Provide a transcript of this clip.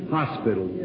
hospital